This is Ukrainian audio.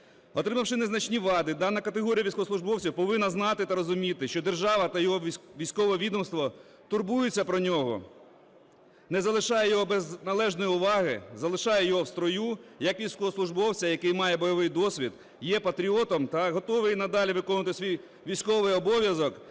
Отримавши незначні вади, дана категорія військовослужбовців повинна знати та розуміти, що держава та його військове відомство турбується про нього, не залишає його без належної уваги, залишає його в строю, як військовослужбовця, який має бойовий досвід, є патріотом та готовий надалі виконувати свій військовий обов'язок